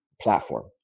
platform